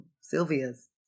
Sylvia's